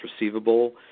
receivable